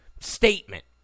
Statement